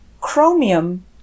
Chromium